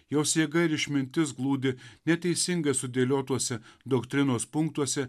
jos jėga ir išmintis glūdi neteisinga sudėliotuose doktrinos punktuose